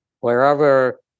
wherever